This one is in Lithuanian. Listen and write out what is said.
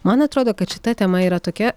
man atrodo kad šita tema yra tokia